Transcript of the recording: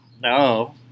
no